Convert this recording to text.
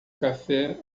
café